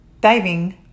diving